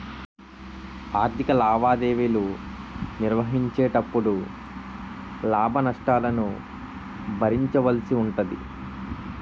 ఆర్ధిక లావాదేవీలు నిర్వహించేటపుడు లాభ నష్టాలను భరించవలసి ఉంటాది